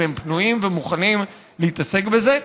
אם הם פנויים ומוכנים להתעסק בזה,